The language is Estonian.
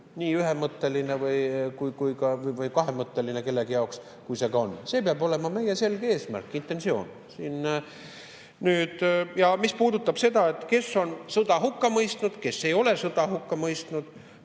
Nii ühemõtteline – või ka kellegi jaoks kahemõtteline – kui see ka on. See peab olema meie selge eesmärk, intentsioon. Ja mis puudutab seda, kes on sõja hukka mõistnud ja kes ei ole sõda hukka mõistnud,